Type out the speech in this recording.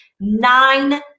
nine